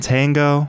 Tango